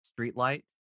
Streetlight